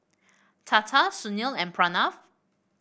Tata Sunil and Pranav